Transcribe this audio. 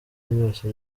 ryose